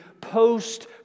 post